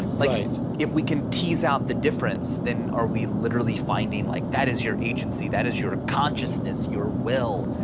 like if we can tease out the difference, then are we literally finding like that is your agency that is your consciousness, your will?